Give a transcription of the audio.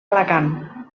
alacant